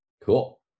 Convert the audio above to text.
cool